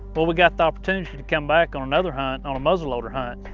well we got opportunity to come back on another hunt, on a muzzleloader hunt.